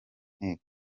nteko